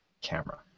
camera